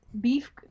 beef